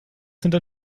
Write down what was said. hinter